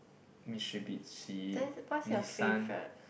Mitsubishi Nissan